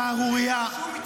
שערורייה.